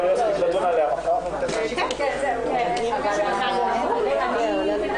ננעלה בשעה 13:55.